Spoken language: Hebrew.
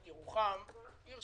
לא חשוב, אבל